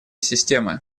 системы